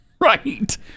Right